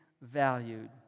valued